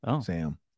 Sam